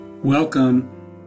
Welcome